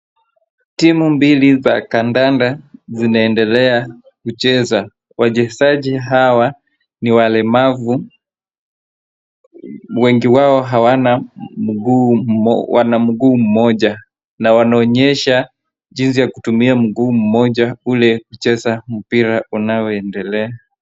Timu mbili za kandanda zinaendelea kucheza. Wachezaji hawa ni walemavu. Wengi wao hawana mguu wana mguu mmoja na wanaonyesha jinsi ya kutumia mguu mmoja ule kucheza mpira unaoendelea.